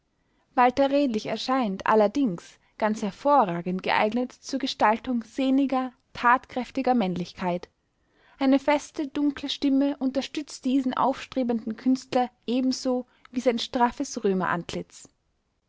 walter redlich erscheint allerdings ganz hervorragend geeignet zur gestaltung sehniger tatkräftiger männlichkeit eine feste dunkle stimme unterstützt diesen aufstrebenden künstler ebenso wie sein straffes